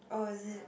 oh is it